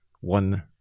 one